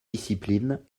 disciplines